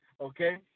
okay